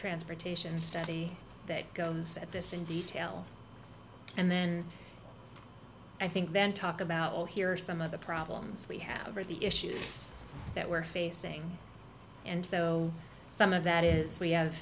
transportation study that goes at this in detail and then i think then talk about well here are some of the problems we have are the issues that we're facing and so some of that is we have